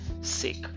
sick